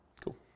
Cool